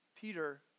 Peter